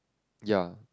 ya